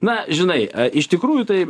na žinai iš tikrųjų tai